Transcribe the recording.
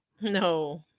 No